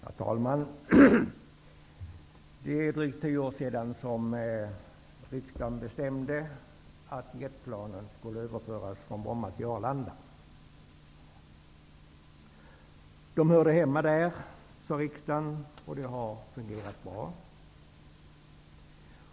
Herr talman! Det är drygt tio år sedan riksdagen beslutade att jetplanen skulle överföras från Bromma till Arlanda. De hörde hemma där, sade riksdagen, och det hela har fungerat bra.